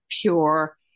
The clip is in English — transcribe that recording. pure